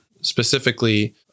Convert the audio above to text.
Specifically